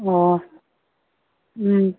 ꯑꯣ ꯎꯝ